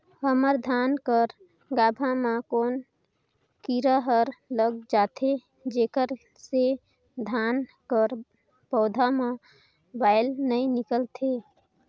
हमर धान कर गाभा म कौन कीरा हर लग जाथे जेकर से धान कर पौधा म बाएल नइ निकलथे?